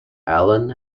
alan